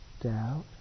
doubt